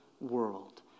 world